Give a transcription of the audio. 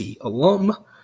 alum